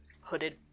hooded